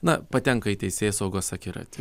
na patenka į teisėsaugos akiratį